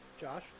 Josh